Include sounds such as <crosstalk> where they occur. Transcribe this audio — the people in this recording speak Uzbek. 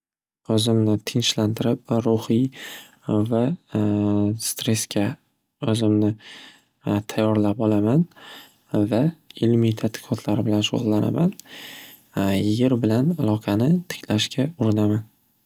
O'zimni tinchlantirib ruhiy <hesitation> va <hesitation> stressga o'zimni <hesitation> tayyorlab olaman va ilmiy tadqiqotlar bilan shug'illanaman <hesitation> yer bilan aloqani tiklashga urinaman.